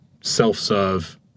self-serve